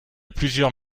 plusieurs